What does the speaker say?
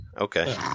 Okay